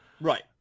Right